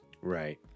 right